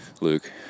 Luke